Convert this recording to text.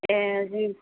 ए जायो